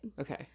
Okay